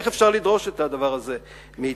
איך אפשר לדרוש את הדבר הזה מאתנו?